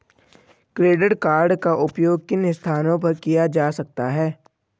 Credit card का उपयोग किन स्थानों पर किया जा सकता है?